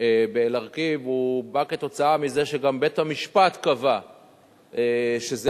באל-עראקיב בא מזה שגם בית-המשפט קבע שזה